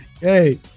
Hey